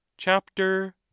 chapter